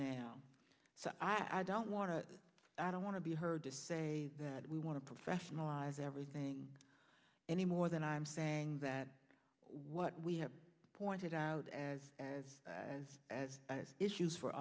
now so i don't want to i don't want to be heard to say that we want to professionalize everything any more than i'm saying that what we have pointed out as as as as issues for